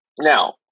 now